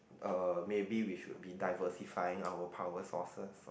uh maybe we should be diversifying our power sources lor